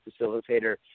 facilitator